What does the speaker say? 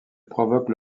provoque